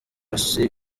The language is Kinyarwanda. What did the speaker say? isi